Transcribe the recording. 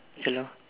hello